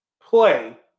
play